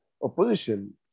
opposition